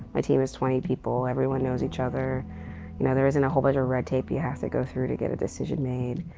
my team is twenty people. everyone knows each other. you know, there isn't a whole bunch of red tape you have to go through to get a decision made.